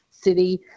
city